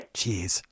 Cheers